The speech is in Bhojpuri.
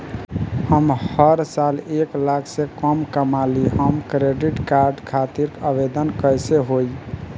हम हर साल एक लाख से कम कमाली हम क्रेडिट कार्ड खातिर आवेदन कैसे होइ?